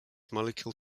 molecule